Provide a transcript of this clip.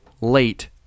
late